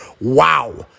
Wow